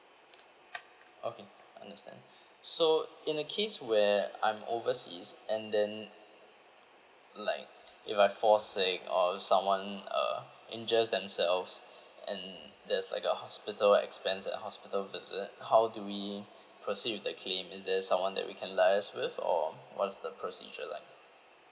okay understand so in the case where I'm overseas and then like if I fall sick or someone uh injures themselves and there's like a hospital expense and hospital visit how do we proceed with the claim is there someone that we can liaise with or what's the procedure like